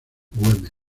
güemes